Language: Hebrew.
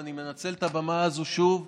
ואני מנצל את הבמה הזו, שוב,